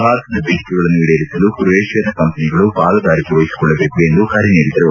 ಭಾರತದ ಬೇಡಿಕೆಗಳನ್ನು ಈಡೇರಿಸಲು ಕ್ರೊಯೇಷಿಯಾದ ಕಂಪನಿಗಳು ಪಾಲುದಾರಿಕೆ ವಹಿಸಿಕೊಳ್ಳಬೇಕು ಎಂದು ಕರೆ ನೀಡಿದರು